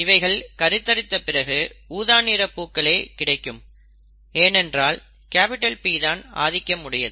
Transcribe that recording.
இவைகள் கருத்தரித்த பிறகு ஊதா நிற பூக்களை கிடைக்கும் ஏனென்றால் P தான் அதிக ஆதிக்கம் உடையது